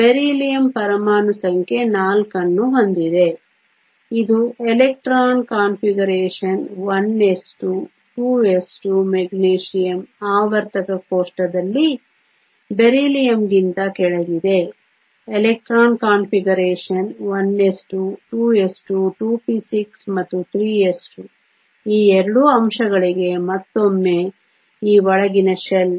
beryllium ಪರಮಾಣು ಸಂಖ್ಯೆ 4 ಅನ್ನು ಹೊಂದಿದೆ ಇದು electron configuration 1s2 2s2 magnesium ಆವರ್ತಕ ಕೋಷ್ಟಕದಲ್ಲಿ ಬೆರಿಲಿಯಂಗಿಂತ ಕೆಳಗಿದೆ electronic configuration 1s2 2s2 2p6 ಮತ್ತು 3s2 ಈ ಎರಡೂ ಅಂಶಗಳಿಗೆ ಮತ್ತೊಮ್ಮೆ ಈ ಒಳಗಿನ ಶೆಲ್